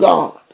God